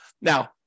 Now